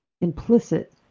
implicit